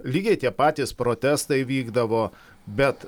lygiai tie patys protestai vykdavo bet